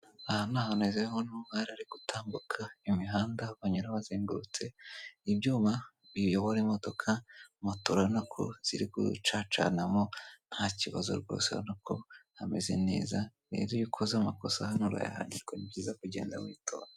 Aha ni ahantu rero hari hari gutambuka imihanda banyuraho bazengurutse ibyuma biyobora imodoka, moto urabona ko ziri gucacanamo ntakibazo rwose urabona ko hameze neza rero iyo ukoze amakosa hano urayahanirwa ni byiza kugenda witonze.